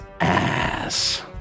ass